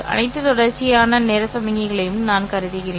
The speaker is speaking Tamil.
அனைத்து தொடர்ச்சியான நேர சமிக்ஞைகளையும் நான் கருதுகிறேன்